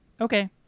Okay